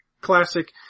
classic